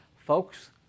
Folks